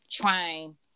trying